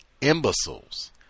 imbeciles